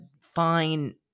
fine